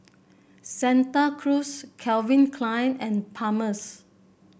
Santa Cruz Calvin Klein and Palmer's